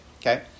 okay